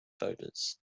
voters